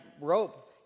rope